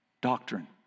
doctrine